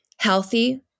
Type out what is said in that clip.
healthy